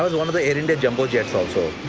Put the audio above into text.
ah one of the air india jumbo jets also.